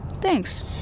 Thanks